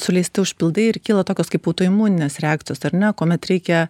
suleisti užpildai ir kyla tokios kaip autoimuninės reakcijos ar ne kuomet reikia